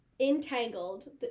Entangled